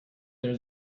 there